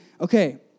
okay